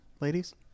ladies